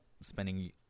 spending